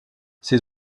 ces